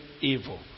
evil